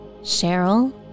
Cheryl